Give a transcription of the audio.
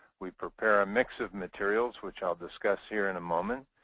we prepare a mix of materials, which i'll discuss here in a moment.